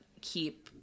keep